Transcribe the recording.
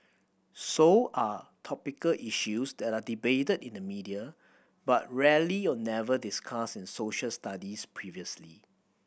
so are topical issues that are debated in the media but rarely or never discussed in Social Studies previously